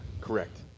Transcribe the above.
Correct